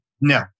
No